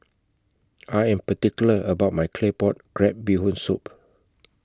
I Am particular about My Claypot Crab Bee Hoon Soup